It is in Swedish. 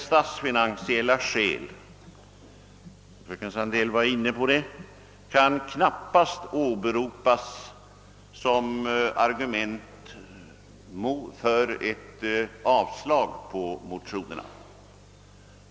Statsfinansiella skäl kan knappast, som fröken Sandell framhöll, åberopas som argument för ett avslag på motionerna.